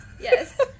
yes